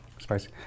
Spicy